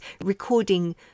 recording